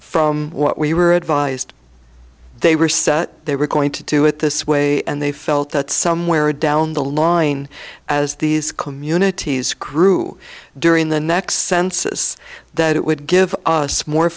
from what we were advised they were set they were going to do it this way and they felt that somewhere down the line as these communities grew during the next census that it would give us more